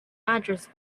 address